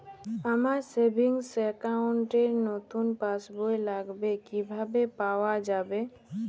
আমার savings account র নতুন পাসবই লাগবে, কিভাবে পাওয়া যাবে?